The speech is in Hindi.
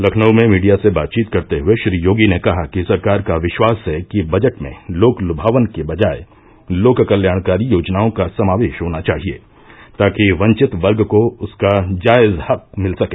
लखनऊ में मीडिया से बातचीत करते हुए श्री योगी ने कहा कि सरकार का विष्वास है कि बजट में लोक लुभावन के बजाय लोक कल्याणकारी योजनाओं का समावेष होना चाहिए ताकि वंचित वर्ग को उसका जायज हक मिल सके